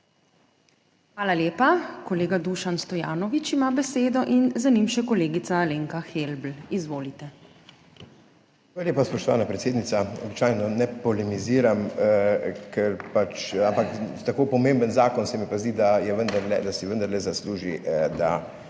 Hvala lepa. Kolega Dušan Stojanovič ima besedo in za njim še kolegica Alenka Helbl. Izvolite. DUŠAN STOJANOVIČ (PS Svoboda): Hvala lepa, spoštovana predsednica. Običajno ne polemiziram, ampak tako pomemben zakon se mi pa zdi, da si vendarle zasluži, da